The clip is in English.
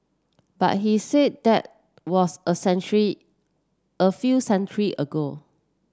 but he said that was a a few ago